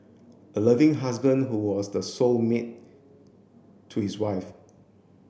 a loving husband who was the soul mate to his wife